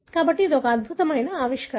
కాబట్టి ఇది అద్భుతమైన ఆవిష్కరణ